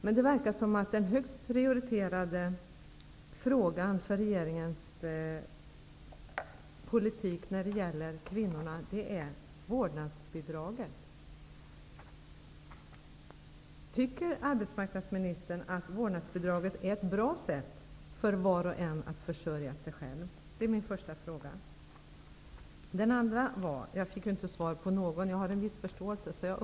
Men det verkar som om den högst prioriterade frågan för regeringens politik när det gäller kvinnorna är vårdnadsbidraget. Jag fick ju inte svar på någon av mina frågor, vilket jag har en viss förståelse för. Det är därför som jag helt kort upprepar dem. Min första fråga var: Tycker arbetsmarknadsministern att vårdnadsbidraget är ett bra sätt för var och en att försörja sig själv?